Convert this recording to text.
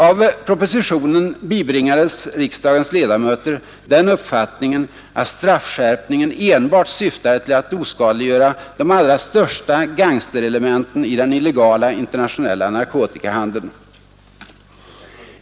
Av propositionen bibringades riksdagens ledamöter den uppfattningen att straffskärpningen enbart syftade till ett oskadliggörande av de allra största gangsterelementen i den illegala internationella narkotikahandeln.